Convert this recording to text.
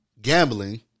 gambling